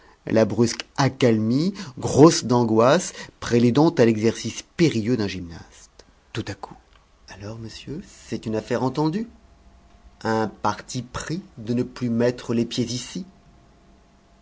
la brusque accalmie grosse d'angoisse préludant à l'exercice périlleux d'un gymnaste tout à coup alors monsieur c'est une affaire entendue un parti pris de ne plus mettre les pieds ici